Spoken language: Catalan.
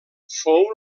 fou